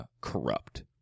corrupt